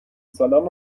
سالهام